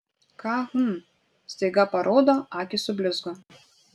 ką hm staiga paraudo akys sublizgo